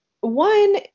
One